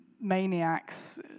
maniacs